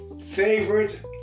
Favorite